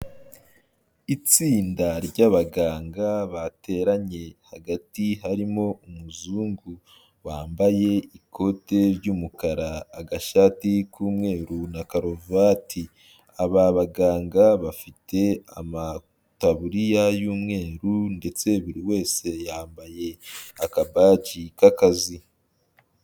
Itsinda ry'abaganga bateranye, hagati harimo umuzungu wambaye ikote ry'umukara, agashati k'umweru na karuvati. Aba baganga bafite amataburiya y'umweru ndetse buri wese yambaye akabaji k'akazi.